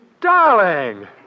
Darling